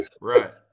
right